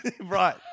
Right